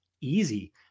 Easy